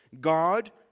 God